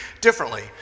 differently